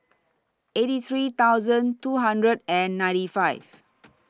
eighty three thousand two hundred and ninety five